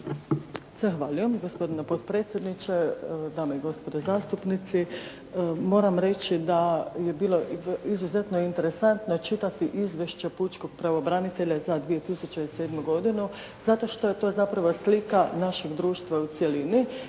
Zahvaljujem. Gospodine potpredsjedniče, dame i gospodo zastupnici. Moram reći da je bilo izuzetno interesantno čitati izvješće pučkog pravobranitelja za 2007. godinu zato što je to zapravo slika našeg društva u cjelini